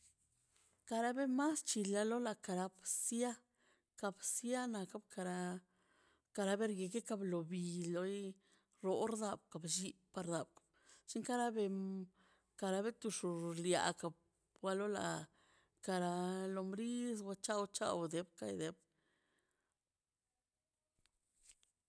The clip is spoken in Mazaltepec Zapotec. Karaꞌ be mas chilalo karano bsia ka bsianaꞌ do kara'-karaꞌ berguig kaꞌ bḻo̱ biiḻoí rordá kaplli par da shinkaraꞌ benm karaꞌ betuxulxia kap lo ḻa karaꞌ lombriz lao chaw chaw dewpkaꞌ dewp.